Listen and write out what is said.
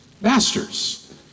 masters